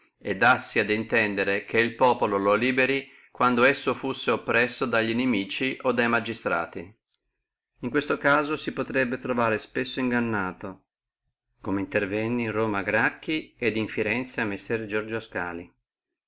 e dassi ad intendere che il populo lo liberi quando fussi oppresso da nimici o da magistrati in questo caso si potrebbe trovare spesso ingannato come a roma e gracchi et a firenze messer giorgio